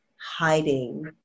hiding